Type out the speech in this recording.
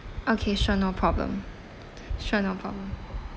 okay sure no problem sure no problem